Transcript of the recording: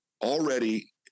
already